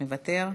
מוותר,